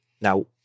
Now